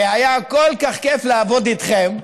היה כל כך כיף לעבוד איתכם.